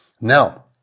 Now